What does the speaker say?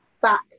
back